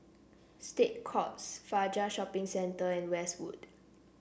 State Courts Fajar Shopping Centre and Westwood